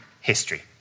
history